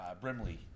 Brimley